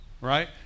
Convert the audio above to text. right